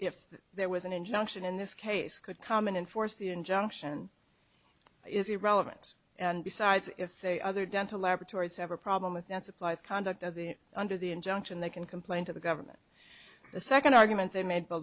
if there was an injunction in this case could come in and force the injunction is irrelevant and besides if they other dental laboratories have a problem with that supplies conduct of the under the injunction they can complain to the government the second argument they made